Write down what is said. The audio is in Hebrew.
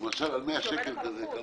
למשל על 100 שקל, מה